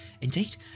indeed